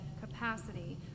capacity